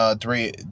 three